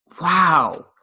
Wow